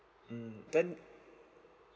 mm then